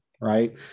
right